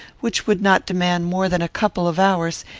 which would not demand more than a couple of hours,